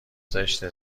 زشته